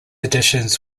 editions